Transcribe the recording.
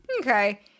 Okay